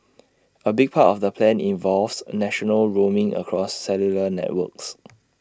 A big part of the plan involves national roaming across cellular networks